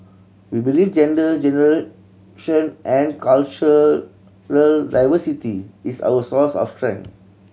we believe gender generation and cultural diversity is our source of strength